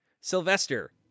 Sylvester